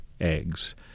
eggs